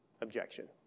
objection